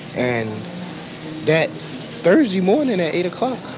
and that thursday morning at eight